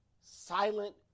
silent